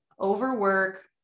overwork